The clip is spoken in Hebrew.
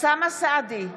אוסאמה סעדי,